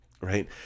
right